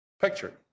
picture